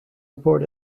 report